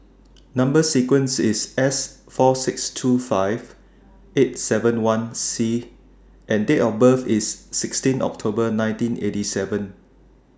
Number sequence IS S four six two five eight seven one C and Date of birth IS sixteen October nineteen eighty seven